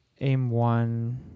M1